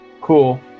Cool